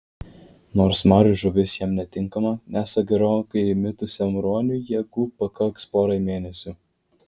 nors marių žuvis jam netinkama esą gerokai įmitusiam ruoniui jėgų pakaks porai mėnesių